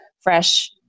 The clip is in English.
fresh